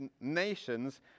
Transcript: nations